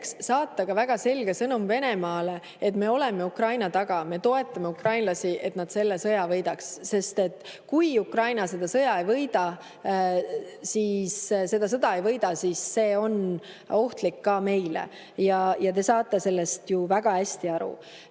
saata ka väga selge sõnum Venemaale, et me oleme Ukraina taga, me toetame ukrainlasi, et nad selle sõja võidaks. Kui Ukraina seda sõda ei võida, siis see on ohtlik ka meile. Te saate sellest ju väga hästi aru.